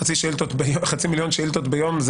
חצי מיליון שאילתות ביום,